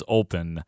open –